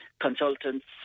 consultants